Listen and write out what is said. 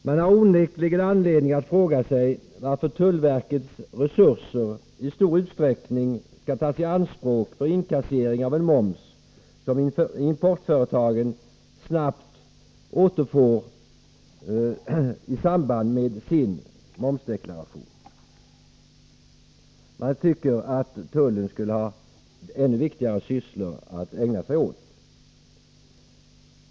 Man har onekligen anledning att fråga sig varför tullverkets resurser i stor utsträckning skall tas i anspråk för inkasseringen av en moms som importföretagen snabbt återfår i samband med sina momsdeklarationer. Man tycker att tullen skulle ha viktigare sysslor att ägna sig åt.